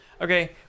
Okay